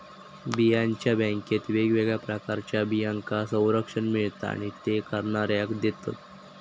बियांच्या बॅन्केत वेगवेगळ्या प्रकारच्या बियांका संरक्षण मिळता आणि ते करणाऱ्याक देतत